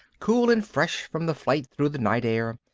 cool and fresh from the flight through the night air,